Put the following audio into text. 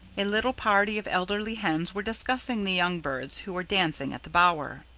a little party of elderly hens were discussing the young birds who were dancing at the bower.